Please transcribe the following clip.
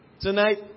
tonight